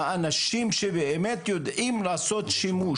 האנשים שבאמת יודעים לעשות שימוש.